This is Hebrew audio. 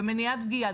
ומניעת פגיעה,